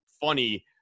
funny